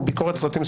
ביקורת סרטים,